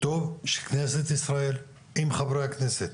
טוב שכנסת ישראל עם חברי הכנסת